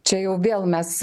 čia jau vėl mes